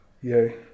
yay